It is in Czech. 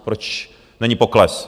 Proč není pokles?